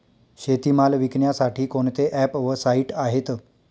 शेतीमाल विकण्यासाठी कोणते ॲप व साईट आहेत?